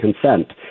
consent